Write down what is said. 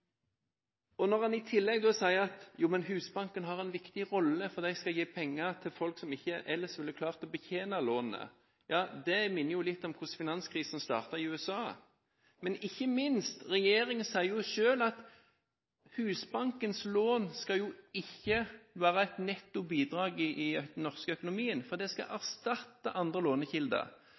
prosent. Når en i tillegg sier at Husbanken har en viktig rolle, for de skal gi penger til folk som ikke ellers ville klart å betjene lånene, minner det jo litt om hvordan finanskrisen startet i USA. Men ikke minst: Regjeringen sier jo selv at Husbankens lån ikke skal være et netto bidrag i den norske økonomien, for det skal erstatte andre lånekilder.